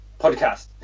podcast